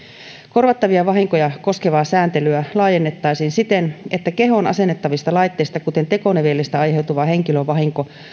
korvattavia vahinkoja koskevaa sääntelyä laajennettaisiin siten että kehoon asennettavista laitteista kuten tekonivelistä aiheutuva henkilövahinko